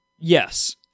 Yes